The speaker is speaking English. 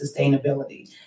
sustainability